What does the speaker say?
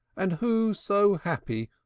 and who so happy,